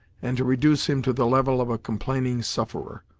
and to reduce him to the level of a complaining sufferer.